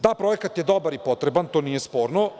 Taj projekat je dobar i potreban i to nije sporno.